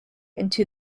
into